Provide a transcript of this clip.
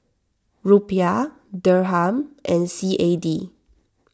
Rupiah Dirham and C A D